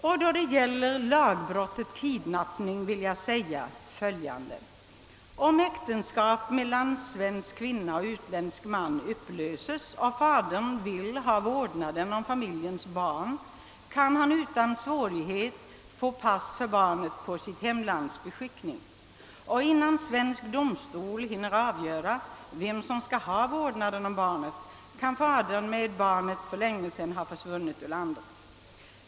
Vad beträffar lagbrottet kidnapping vill jag säga följande: Om äktenskap mellan svensk kvinna och utländsk man upplöses och fadern vill ha vårdnaden om familjens barn, kan han utan svårighet få pass för barnet på sitt hemlands beskickning. Innan svensk domstol hinner avgöra vem som skall ha vårdnaden, kan fadern med barnet för länge sedan ha försvunnit ur landet.